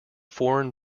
foreign